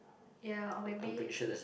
ya or maybe